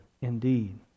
indeed